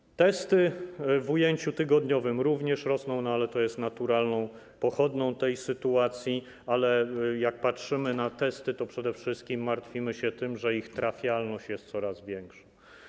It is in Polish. Liczba testów w ujęciu tygodniowym również rośnie, przy czym jest to naturalna pochodna tej sytuacji, ale jak patrzymy na testy, to przede wszystkim martwimy się tym, że ich trafialność jest coraz większa.